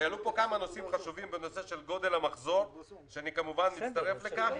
העלו פה כמה נושאים חשובים כמו נושא גודל המחזור ואני מצטרף לזה כמובן.